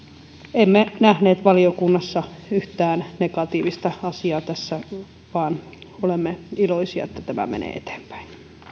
emme nähneet valiokunnassa yhtään negatiivista asiaa tässä vaan olemme iloisia että tämä menee eteenpäin